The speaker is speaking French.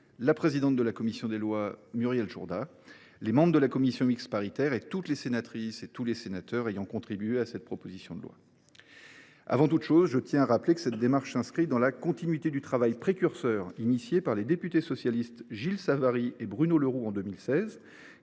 la présidente de la commission des lois Muriel Jourda, les membres de la commission mixte paritaire, ainsi que l’ensemble des sénatrices et sénateurs ayant contribué à cette proposition de loi. Avant toute chose, je tiens à rappeler que cette démarche s’inscrit dans la continuité du travail précurseur engagé par les députés socialistes Gilles Savary et Bruno Le Roux en 2016,